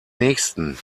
nähesten